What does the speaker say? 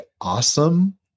awesome